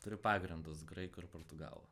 turiu pagrindus graikų ir portugalų